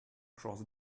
cross